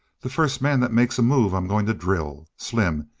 the first man that makes a move i'm going to drill! slim,